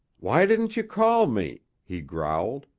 why didn't you call me? he growled.